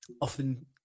often